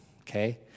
okay